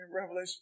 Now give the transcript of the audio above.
Revelation